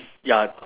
ya